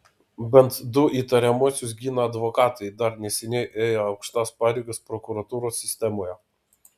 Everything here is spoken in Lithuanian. bent du įtariamuosius gina advokatai dar neseniai ėję aukštas pareigas prokuratūros sistemoje